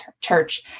church